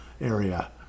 area